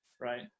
Right